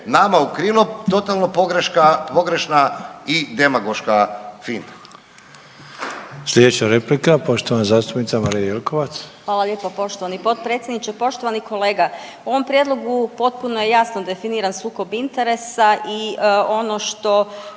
nama u krilo totalno pogreška, pogrešna i demagoška finta.